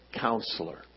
counselor